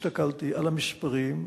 הסתכלתי על המספרים,